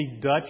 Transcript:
Dutch